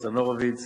ניצן הורוביץ,